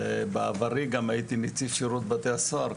ובעברי גם הייתי נציב שירות בתי הסוהר,